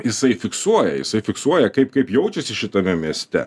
jisai fiksuoja jisai fiksuoja kaip kaip jaučiasi šitame mieste